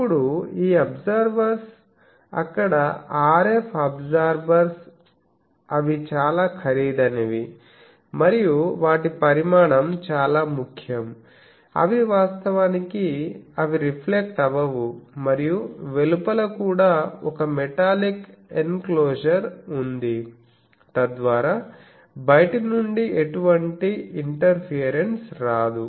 ఇప్పుడు ఈ అబ్జార్బర్స్ అక్కడ RF అబ్జార్బర్స్ అవి చాలా ఖరీదైనవి మరియు వాటి పరిమాణం చాలా ముఖ్యం అవి వాస్తవానికి అవి రిఫ్లెక్ట్ అవవు మరియు వెలుపల కూడా ఒక మెటాలిక్ ఎన్క్లోజర్ ఉంది తద్వారా బయట నుండి ఎటువంటి ఇంటర్ఫియరెన్స్ రాదు